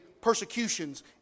persecutions